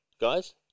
guys